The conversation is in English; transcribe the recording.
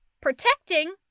protecting